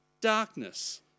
darkness